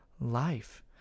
Life